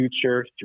Future